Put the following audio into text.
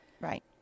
right